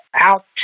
out